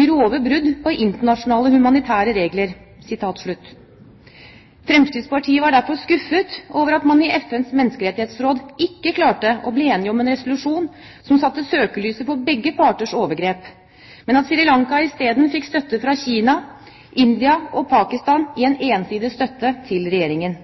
«grove brudd på internasjonale humanitære regler». Fremskrittspartiet var derfor skuffet over at man i FNs menneskerettighetsråd ikke klarte å bli enige om en resolusjon som satte søkelyset på begge parters overgrep, men at Sri Lanka isteden fikk støtte fra Kina, India og Pakistan i en ensidig støtte til regjeringen.